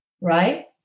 right